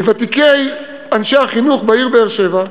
מוותיקי אנשי החינוך בעיר באר-שבע,